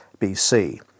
BC